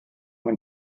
mae